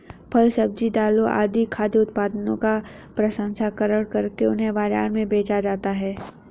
फल, सब्जी, दालें आदि खाद्य उत्पादनों का प्रसंस्करण करके उन्हें बाजार में बेचा जाता है